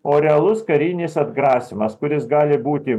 o realus karinis atgrasymas kuris gali būti